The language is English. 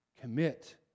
Commit